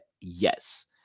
Yes